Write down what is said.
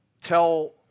tell